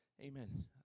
amen